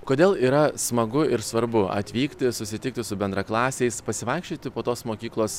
kodėl yra smagu ir svarbu atvykti susitikti su bendraklasiais pasivaikščioti po tos mokyklos